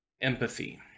empathy